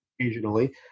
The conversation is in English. occasionally